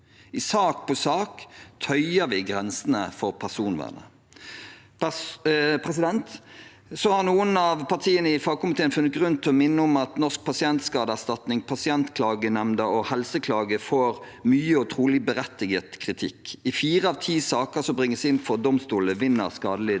I sak etter sak tøyer vi grensene for personvernet. Så har noen av partiene i fagkomiteen funnet grunn til å minne om at Norsk pasientskadeerstatning, Pasientklagenemnda og Helseklage får mye, og trolig berettiget, kritikk. I fire av ti saker som bringes inn for domstolene, vinner skadelidte fram.